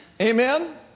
Amen